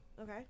Okay